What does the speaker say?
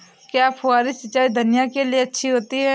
क्या फुहारी सिंचाई धनिया के लिए अच्छी होती है?